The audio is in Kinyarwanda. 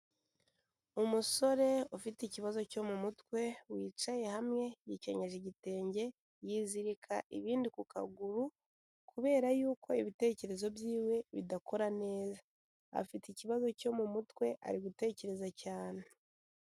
Umusore ufite ikibazo cyo mu mutwe, wicaye hamwe, yikenyeza igitenge, yizirika ibindi ku kaguru kubera yuko ibitekerezo by'iwe bidakora neza. Afite ikibazo cyo mu mutwe, ari gutekereza cyane.